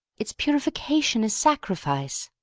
its purification is sacrifice.